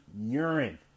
urine